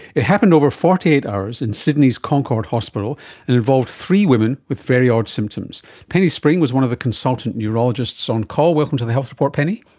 it happened over forty eight hours in sydney's concord hospital and it involved three women with very odd symptoms. penny spring was one of the consultant neurologists on call. welcome to the health report, penny.